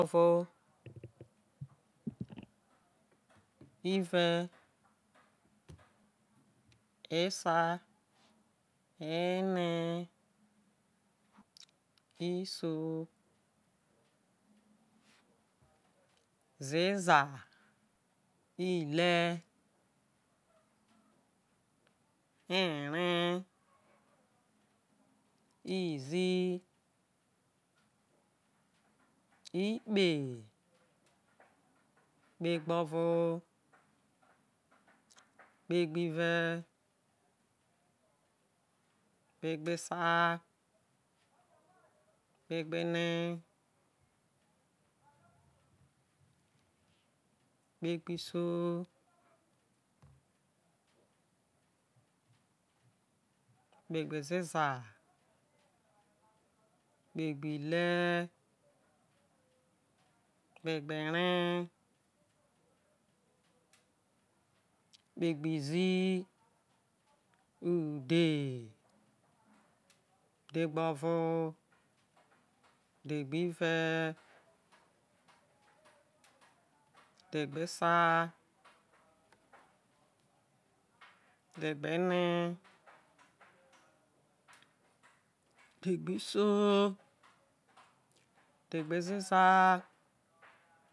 Ovo ive esa ene isio zeza ile iree izii ikpe ikpegbovo kpe gbive kpegbesa kpegbene kpegbeisio kpegbezeza kpegbe ile kpegbe iree kpegbi zii udhe dhegbovo dhegbive dhegbesa dhegboene udhe gbiso udhe gbezeza.